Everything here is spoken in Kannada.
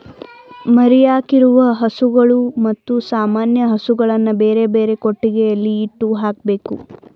ಮರಿಯಾಕಿರುವ ಹಸುಗಳು ಮತ್ತು ಸಾಮಾನ್ಯ ಹಸುಗಳನ್ನು ಬೇರೆಬೇರೆ ಕೊಟ್ಟಿಗೆಯಲ್ಲಿ ಇಟ್ಟು ಹಾಕ್ಬೇಕು